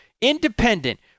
independent